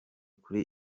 kuri